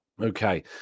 Okay